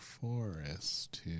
forest